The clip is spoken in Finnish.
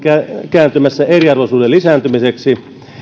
kääntymässä eriarvoisuuden lisääntymiseksi